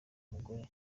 mugore